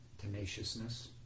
Tenaciousness